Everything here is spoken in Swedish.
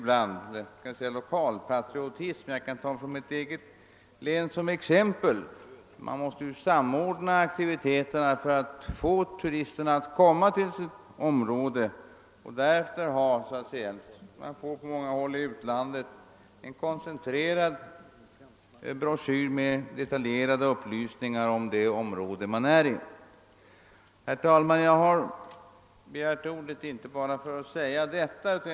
Jag kan härvidlag ta mitt eget län som exempel. Man måste samordna aktiviteterna för att få turisterna att komma till sitt område. På många håll i utlandet får turisterna broschyrer med koncentrerade och detaljerade upplysningar om det område de befinner sig i. Herr talman! Jag har emellertid inte begärt ordet bara för att säga detta.